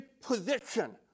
position